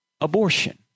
abortion